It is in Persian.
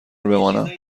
بمانم